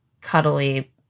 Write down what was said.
cuddly